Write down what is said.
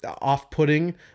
off-putting